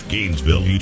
Gainesville